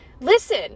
Listen